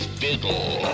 fiddle